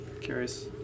Curious